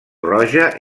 roja